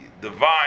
divine